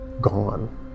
gone